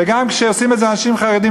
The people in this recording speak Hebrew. וגם כשעושים את זה אנשים חרדים,